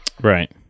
Right